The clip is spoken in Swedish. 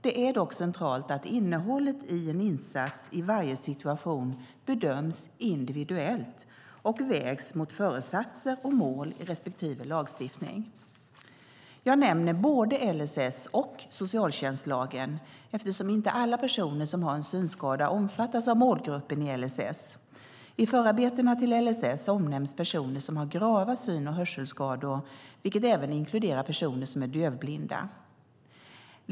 Det är dock centralt att innehållet i en insats i varje situation bedöms individuellt och vägs mot föresatser och mål i respektive lagstiftning. Jag nämner både LSS och socialtjänstlagen eftersom inte alla personer som har en synskada omfattas av målgruppen i LSS. I förarbetena till LSS omnämns personer som har grava syn och hörselskador, vilket även inkluderar personer som är dövblinda.